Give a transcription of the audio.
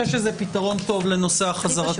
אני חושב שזה פתרון טוב לנושא החזרתיות.